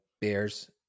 Bears